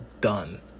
Done